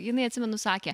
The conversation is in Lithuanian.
jinai atsimenu sakė